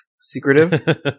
secretive